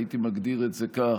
הייתי מגדיר את זה כך,